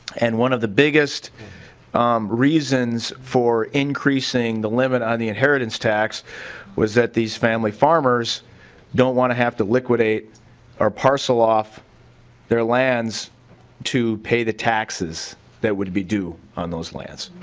and one of the biggest reasons for increasing the limit on the inheritance tax was that these family farmers don't want to have liquidate or parcel off their lands to pay the taxes that would be due on those lands.